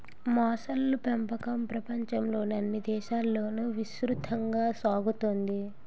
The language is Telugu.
మొసళ్ళ పెంపకం ప్రపంచంలోని అన్ని దేశాలలోనూ విస్తృతంగా సాగుతోంది